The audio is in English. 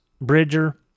Bridger